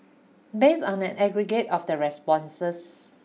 based on an aggregate of the responses